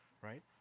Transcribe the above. Right